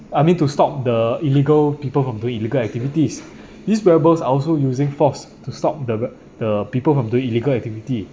I mean to stop the illegal people from doing illegal activities these rebels are also using force to stop the the people from doing illegal activity